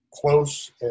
close